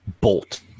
bolt